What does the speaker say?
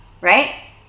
right